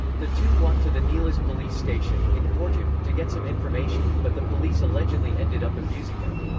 the two walked to the nelas police station, in porto, to get some information, but the police allegedly ended up abusing them.